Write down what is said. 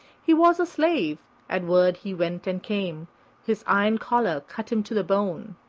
he was a slave at word he went and came his iron collar cut him to the bone.